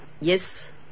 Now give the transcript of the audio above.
Yes